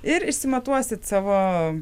ir išsimatuosit savo